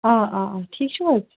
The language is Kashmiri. آ آ ٹھیٖک چھُو حظ